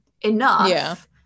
enough